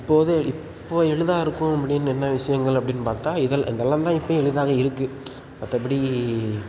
இப்போது இப்போது எளிதாக இருக்கும் அப்படின்னு என்ன விஷயங்கள் அப்படின்னு பார்த்தா இதெல்லா இதெல்லாம் தான் இப்போயும் எளிதாக இருக்குது மற்றபடி